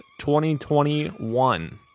2021